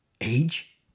age